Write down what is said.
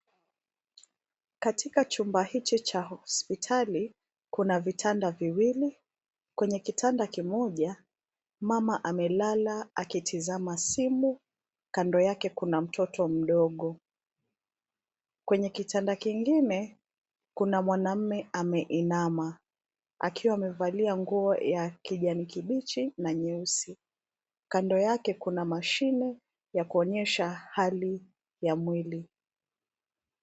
In that hospital room there are two beds. In one bed a mother is lying down looking at her phone with a small child next to her. On another bed, there is a man bowing down wearing a green and black suit. Next to him is a machine that displays the state of the body.